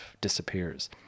disappears